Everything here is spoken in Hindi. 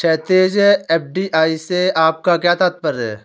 क्षैतिज, एफ.डी.आई से आपका क्या तात्पर्य है?